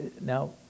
now